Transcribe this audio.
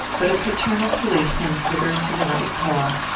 but a paternal policeman put her into the right car,